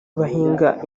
bahingaga